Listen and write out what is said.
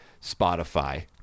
Spotify